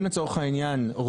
אם לצורך העניין,